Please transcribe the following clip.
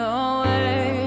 away